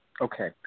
Okay